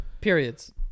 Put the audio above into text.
Periods